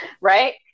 right